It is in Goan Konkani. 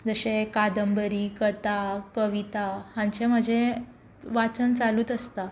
जशें कादंबरी कथा कविता हांचें म्हाजें वाचन चालूच आसता